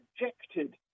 rejected